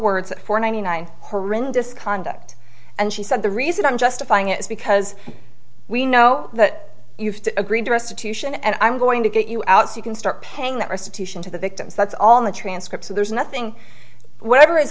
words for ninety nine horrendous conduct and she said the reason i'm justifying it is because we know that you have to agree to restitution and i'm going to get you out so you can start paying that restitution to the victims that's all in the transcript so there's nothing whatever is